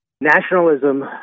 nationalism